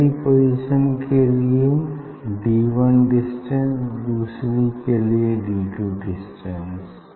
पहली पोजीशन के लिए डी वन डिस्टेंस दूसरी के लिए डी टू डिस्टेंस